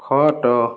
ଖଟ